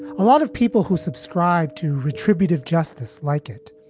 a lot of people who subscribe to retributive justice like it.